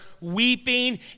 weeping